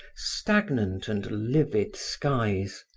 stagnant and livid skies.